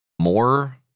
more